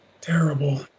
terrible